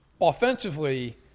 Offensively